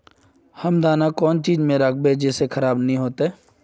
हम दाना कौन चीज में राखबे जिससे खराब नय होते?